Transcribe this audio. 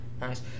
Nice